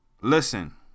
listen